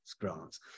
grants